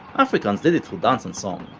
africans did it through dance and song.